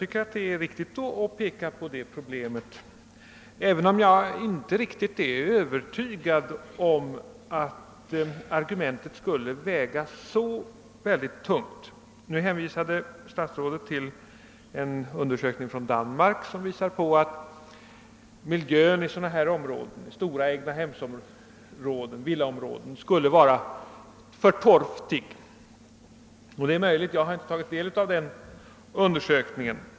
Det är alldeles riktigt att framhålla också den sidan av saken, även om jag inte är heit övertygad om att det argumentet väger så särskilt tungt. Statsrådet hänvisade till en undersökning från Danmark, som visar att miljön i stora egnahemsoch villaområden skulle vara torftig. Det är möjligt, jag har inte tagit del av den undersökningen.